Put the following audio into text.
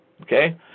Okay